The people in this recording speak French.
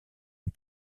les